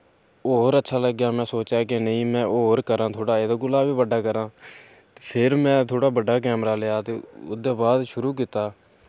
होर अच्छा लग्गेआ में सोचेआ कि नेईं में होर करां थोह्ड़ा एह्दे कोला बी बड्डा करां फ्ही में थोह्ड़ा बड्डा कैमरा लेआ ते ओह्दे बाद शुरू कीता